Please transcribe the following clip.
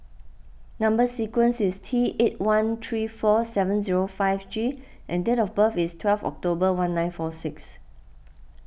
Number Sequence is T eight one three four seven zero five G and date of birth is twelve October nineteen fory six